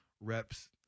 reps